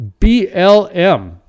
BLM